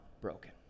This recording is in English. broken